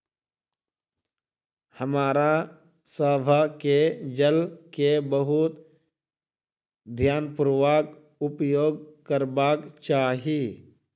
हमरा सभ के जल के बहुत ध्यानपूर्वक उपयोग करबाक चाही